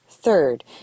Third